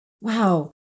Wow